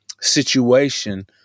situation